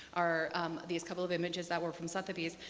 are these couple of images that were from southaby's.